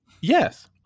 yes